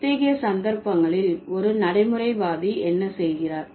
இத்தகைய சந்தர்ப்பங்களில் ஒரு நடைமுறைவாதி என்ன செய்கிறார்